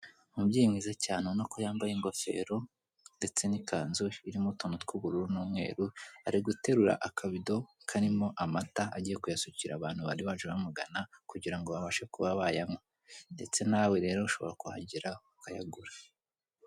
Umubyeyi mwiza cyane ubona ko yambaye ingofero ndetse n'ikanzu irimo utuntu tw'ubururu n'umweru ari guterura akabido karimo amata agiye kuyasukira abantu bari baje bamugana kugira ngo babashe kuba bayanywa ndetse nawe rero ushobora kuhagera ukayagura .